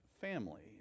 family